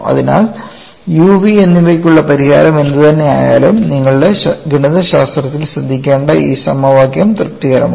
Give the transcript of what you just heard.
അതിനാൽ uv എന്നിവയ്ക്കുള്ള പരിഹാരം എന്തുതന്നെയായാലും നിങ്ങളുടെ ഗണിതശാസ്ത്രത്തിൽ ശ്രദ്ധിക്കേണ്ട ഈ സമവാക്യവും തൃപ്തികരമാണ്